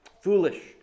foolish